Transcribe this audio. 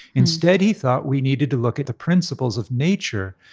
instead, he thought we needed to look at the principles of nature,